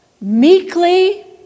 meekly